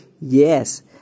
Yes